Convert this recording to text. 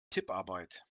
tipparbeit